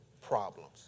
problems